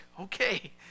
Okay